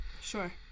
sure